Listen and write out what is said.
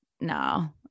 no